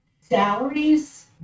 Salaries